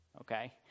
okay